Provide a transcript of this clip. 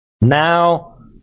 now